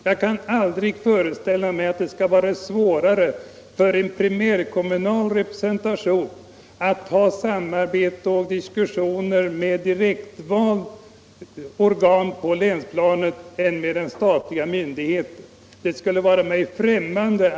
Jag kan aldrig föreställa mig att det skall vara svårare för en primärkommunal representation att ha samarbete och diskussioner med ett direktvalt organ på länsplanet än med den statliga myndigheten. Den tanken är mig främmande.